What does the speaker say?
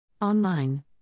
Online